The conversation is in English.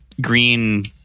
green